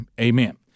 amen